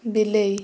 ବିଲେଇ